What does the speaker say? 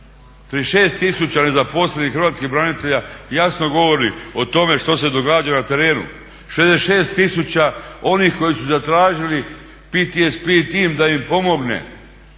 36 tisuća nezaposlenih hrvatskih branitelja jasno govori o tome što se događa na terenu. 66 tisuća onih koji su zatražili PTSP tim da im pomogne